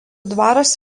dvaras